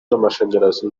n’amashanyarazi